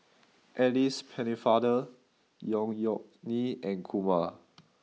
Alice Pennefather Yeok Nee and Kumar